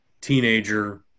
teenager